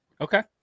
Okay